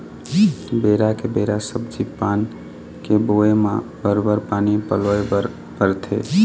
बेरा के बेरा सब्जी पान के बोए म बरोबर पानी पलोय बर परथे